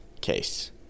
case